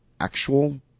actual